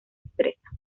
expresa